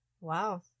Wow